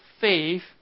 faith